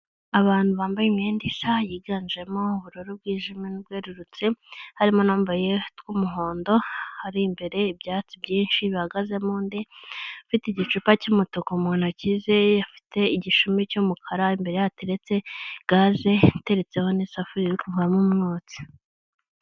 Abantu bambaye imyenda isa yiganjemo ubururu bwijimye n'ubwererurutse, harimo n'uwambaye utw'umuhondo, hari imbere ibyatsi byinshi bihagazemo undi, ufite igicupa cy'umutuku mu ntoki ze, afite igishumi cy'umukara, imbere ye hateretse gaze, iteretseho n'isafuriya iri kuvamo umwotsi.